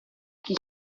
chi